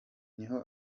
niho